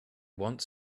want